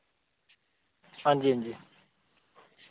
हांजी हांजी